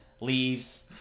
leaves